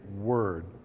word